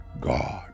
God